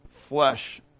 flesh